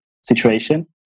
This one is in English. situation